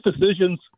decisions